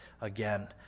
again